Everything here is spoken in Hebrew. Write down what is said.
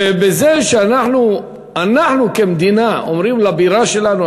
בזה שאנחנו כמדינה אומרים לבירה שלנו: